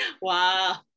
Wow